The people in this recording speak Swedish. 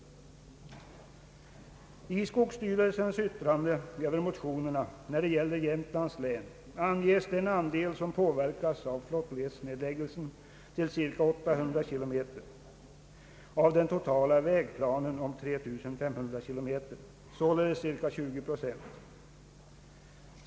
I skogsstyrelsens yttrande över motionerna när det gäller Jämtlands län anges den andel som påverkas av flottledsnedläggelsen till cirka 800 kilometer av den totala vägplanen om 3500 kilometer, således cirka 20 procent.